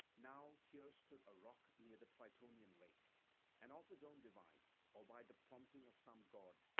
now here stood a rock near the tritonian lake and of his own device, or by the prompting of some god,